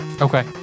Okay